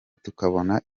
tukabona